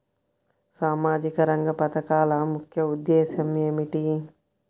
సామాజిక రంగ పథకాల ముఖ్య ఉద్దేశం ఏమిటీ?